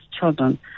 children